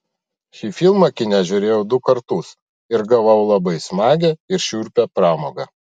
šį filmą kine žiūrėjau du kartus ir gavau labai smagią ir šiurpią pramogą